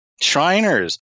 Shriners